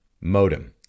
modem